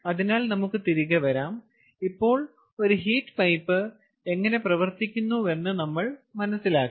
അതിനാൽ നമുക്ക് തിരികെ വരാം ഇപ്പോൾ ഒരു ഹീറ്റ് പൈപ്പ് എങ്ങനെ പ്രവർത്തിക്കുന്നുവെന്ന് നമ്മൾ മനസ്സിലാക്കി